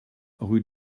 rue